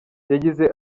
yagize